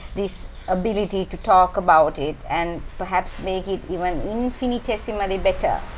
this ability to talk about it and perhaps make it even infinitesimally better,